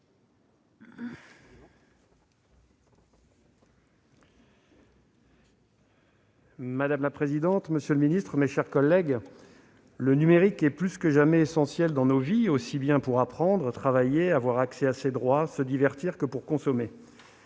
Madame la présidente, monsieur le secrétaire d'État, mes chers collègues, le numérique est plus que jamais essentiel dans nos vies, aussi bien pour apprendre, pour travailler, pour avoir accès à ses droits, pour se divertir que pour consommer.